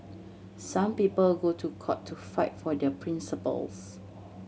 some people go to court to fight for their principles